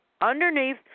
underneath